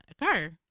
occur